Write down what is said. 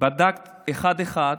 בדקת אחד-אחד,